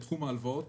תחום ההלוואות